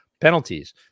penalties